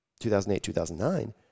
2008-2009